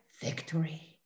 victory